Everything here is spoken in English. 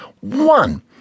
One